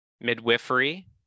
midwifery